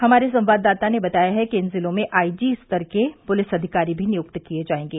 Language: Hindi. हमारे संवाददाता ने बताया है कि इन जिलों में आईजी स्तर के पुलिस अधिकारी भी नियुक्त किए जाएंगे